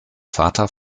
vater